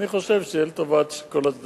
אני חושב שזה יהיה לטובת כל הצדדים.